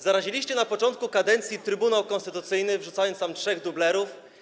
Zaraziliście na początku kadencji Trybunał Konstytucyjny, wrzucając tam trzech dublerów.